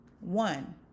one